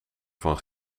van